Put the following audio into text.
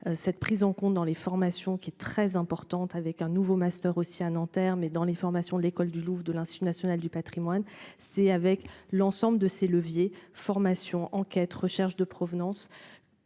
cette prise en compte dans les formations qui est très importante avec un nouveau master aussi à Nanterre. Mais dans les formations de l'École du Louvre de l'Institut national du Patrimoine, c'est avec l'ensemble de ces leviers formation enquête recherche de provenance.